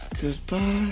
Goodbye